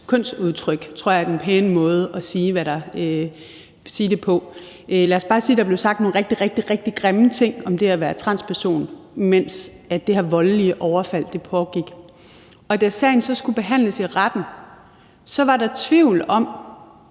personens kønsudtryk – det tror jeg er den pæne måde at sige det på. Lad os bare sige, at der blev sagt nogle rigtig, rigtig grimme ting om det at være transperson, mens det her voldelige overfald pågik, og da sagen så skulle behandles i retten, var der tvivl om,